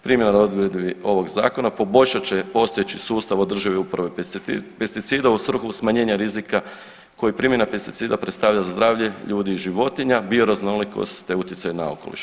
Primjenom odredbi ovog zakona poboljšat će postojeći sustav održive uporabe pesticida u svrhu smanjenja rizika koji primjena pesticida predstavlja za zdravlje ljudi i životinja, bioraznolikost te utjecaj na okoliš.